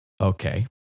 Okay